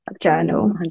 Journal